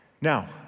Now